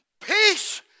peace